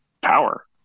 power